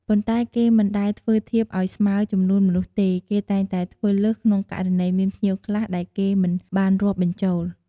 ប៉ុន្តែ គេមិនដែលធ្វើធៀបឱ្យស្មើចំនួនមនុស្សទេ គេតែងតែធ្វើលើសក្នុងករណី មានភ្ញៀវខ្លះដែលគេមិនបានរាប់បញ្ចូល។